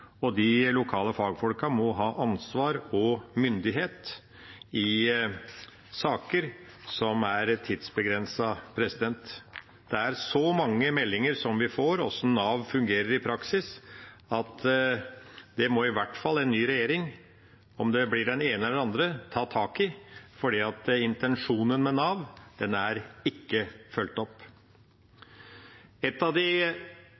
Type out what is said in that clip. de lokale fagfolkene må ha ansvar og myndighet i saker som er tidsbegrensede. Det er så mange meldinger vi får om hvordan Nav fungerer i praksis, at det er i hvert fall noe en ny regjering – om det blir den ene eller den andre – må ta tak i, for intensjonen med Nav er ikke fulgt opp. Ett av de